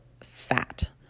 fat